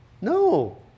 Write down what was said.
No